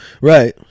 Right